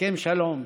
הסכם שלום.